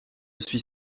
suis